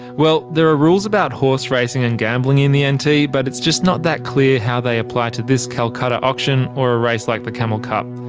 well. there are rules about horse racing and gambling in the and nt. but it's just not that clear how they apply to this calcutta auction or a race like the camel cup.